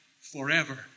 forever